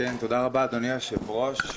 תודה רבה, אדוני היושב-ראש.